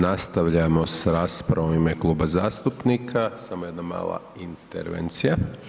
Nastavljamo s raspravom u ime kluba zastupnika, samo jedna mala intervencija.